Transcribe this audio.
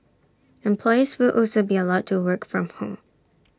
employees will also be allowed to work from home